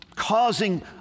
causing